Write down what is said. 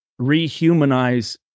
rehumanize